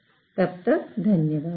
इसलिए आपका धन्यवाद